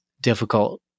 difficult